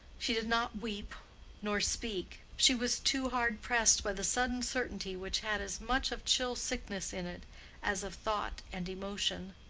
she did not weep nor speak she was too hard pressed by the sudden certainty which had as much of chill sickness in it as of thought and emotion.